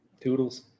Toodles